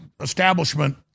establishment